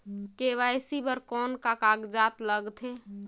KYC बर कौन का कागजात लगथे?